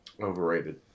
Overrated